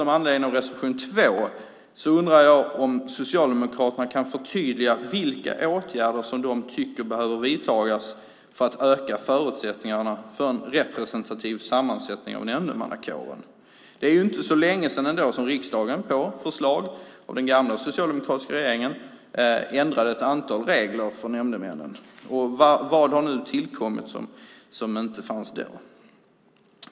Med anledning av reservation 2 undrar jag om Socialdemokraterna kan förtydliga vilka åtgärder som behöver vidtagas för att öka förutsättningarna för en representativ sammansättning av nämndemannakåren. Det är ju inte så länge sedan som riksdagen på förslag av den gamla socialdemokratiska regeringen ändrade ett antal regler för nämndemännen. Vad har nu tillkommit som inte fanns då?